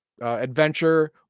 adventure